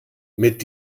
mit